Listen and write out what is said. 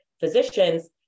physicians